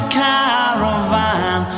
caravan